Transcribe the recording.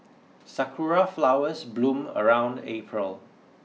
sakura flowers bloom around April